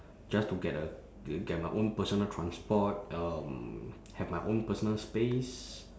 just to get a get my own personal transport um have my own personal space